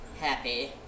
happy